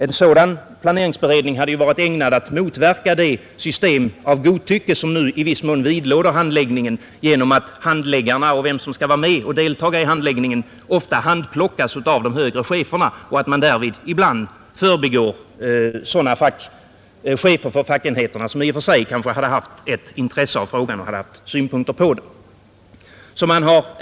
En sådan beredning hade varit ägnad att motverka det system av godtycke som nu i viss mån vidlåder handläggningen genom att de som skall delta i den ofta handplockas av de högre cheferna, varvid sådana chefer för fackenheter ibland förbigås som hade haft intresse av frågan och synpunkter på den.